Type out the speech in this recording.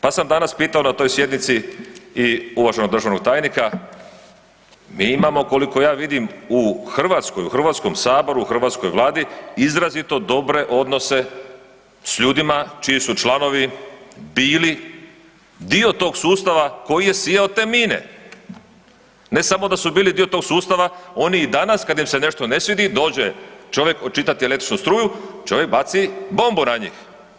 Pa sam danas pitao na toj sjednici i uvaženog državnog tajnika, mi imamo koliko ja vidim u Hrvatskoj u HS-u u hrvatskoj Vladi izrazito dobre odnose s ljudima čiji su članovi bili dio tog sustava koji je sijao te mine, ne samo da su bili dio tog sustava oni i danas kada im se nešto ne svidi dođe čovjek očitati električnu struju čovjek baci bombu na njih.